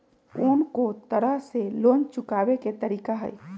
कोन को तरह से लोन चुकावे के तरीका हई?